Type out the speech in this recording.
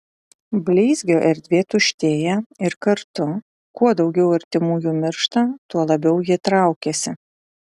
bleizgio erdvė tuštėja ir kartu kuo daugiau artimųjų miršta tuo labiau ji traukiasi